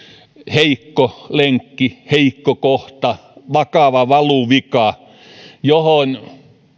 heikko lenkki heikko kohta vakava valuvika johon